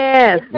Yes